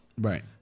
Right